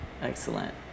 Excellent